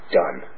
done